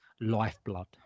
lifeblood